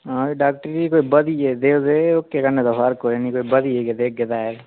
हां डाक्टर जी कोई बधिया जी देओ ओह्की कन्नै ते कोई फर्क होएआ निं कोई बधिया जेही गै देगे तां ऐ